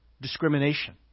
discrimination